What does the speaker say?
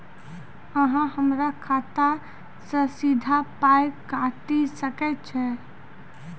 अहॉ हमरा खाता सअ सीधा पाय काटि सकैत छी?